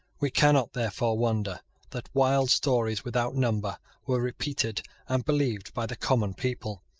we cannot, therefore, wonder that wild stories without number were repeated and believed by the common people.